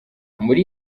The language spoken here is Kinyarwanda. muri